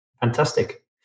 Fantastic